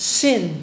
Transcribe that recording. sin